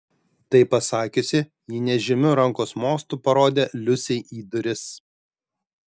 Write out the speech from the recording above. tai pasakiusi ji nežymiu rankos mostu parodė liusei į duris